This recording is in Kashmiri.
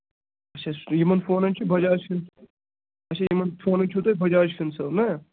اچھا یِمن فونَن چھُ بَجاج اَچھا یِمن فونَن چھُو تۄہہِ بَجاج فِنسَل نَہ